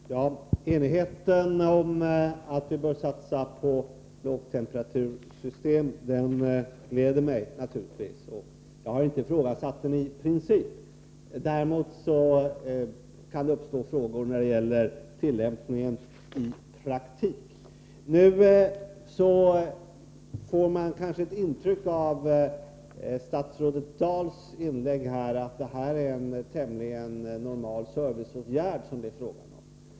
Herr talman! Enigheten om att vi bör satsa på lågtemperatursystem glädjer mig naturligtvis. Jag har inte i princip ifrågasatt detta. Däremot kan det uppstå frågor när det gäller tillämpningen i praktiken. Man kan kanske av statsrådet Dahls inlägg få ett intryck av att det här är fråga om en tämligen normal serviceåtgärd.